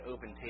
Open